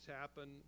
happen